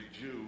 Jew